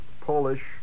Polish